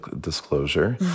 disclosure